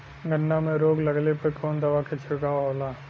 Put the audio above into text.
गन्ना में रोग लगले पर कवन दवा के छिड़काव होला?